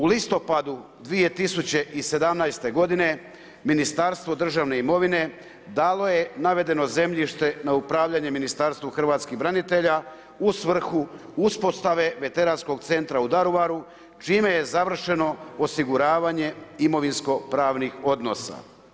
U listopadu 2017. godine Ministarstvo državne imovine dalo je navedeno zemljište na upravljanje Ministarstvu hrvatskih branitelja u svrhu uspostave veteranskog centra u Daruvaru čime je završeno osiguravanje imovinsko-pravnih odnosa.